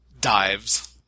dives